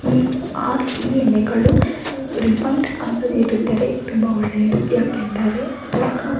ಈ ಆರು ಈ ಎಣ್ಣೆಗಳು ರಿಫೈನ್ಡ್ ಆಗದೆ ಇದ್ದರೆ ತುಂಬ ಒಳ್ಳೆಯದು ಯಾಕೆಂದರೆ ತೂಕ